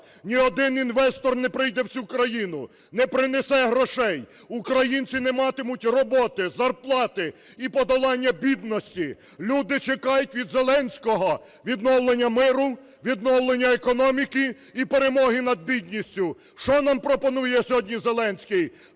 ні один інвестор не прийде в цю країну, не принесе грошей. Українці не матимуть роботи, зарплати і подолання бідності. Люди чекають відЗеленського відновлення миру, відновлення економіки і перемоги над бідністю. Що нам пропонує сьогодні Зеленський?